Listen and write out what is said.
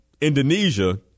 Indonesia